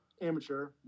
amateur